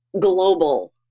global